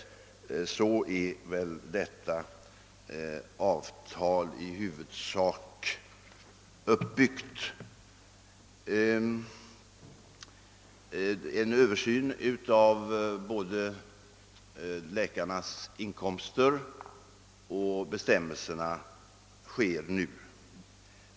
Så är detta avtal i huvudsak uppbyggt. En översyn både av läkarnas inkomster och bestämmelserna sker nu.